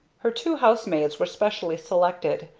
her two housemaids were specially selected.